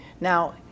Now